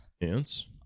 Ants